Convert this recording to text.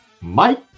Mike